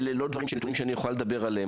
אלה לא דברים ונתונים שאני יכול לדבר עליהם,